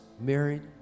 married